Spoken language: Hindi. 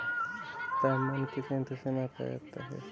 तापमान किस यंत्र से मापा जाता है?